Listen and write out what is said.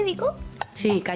and go change,